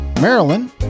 Maryland